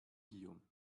guillaume